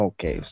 Okay